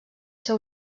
ser